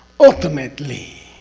ultimately!